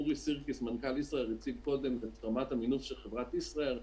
אורי סירקיס מנכ"ל ישראייר הציג קודם את רמת המינוף של חברת ישראייר,